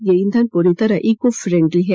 यह ईंधन पूरी तरह इकोफ्रेंडली है